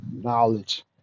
knowledge